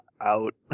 Out